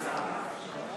מתבצר בחדרו ולא בא?